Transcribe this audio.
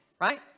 right